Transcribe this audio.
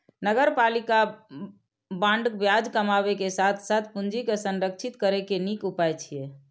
नगरपालिका बांड ब्याज कमाबै के साथ साथ पूंजी के संरक्षित करै के नीक उपाय छियै